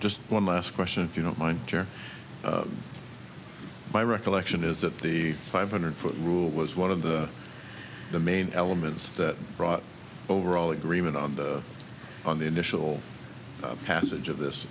just one last question if you don't mind my recollection is that the five hundred foot rule was one of the the main elements that brought overall agreement on the initial passage of this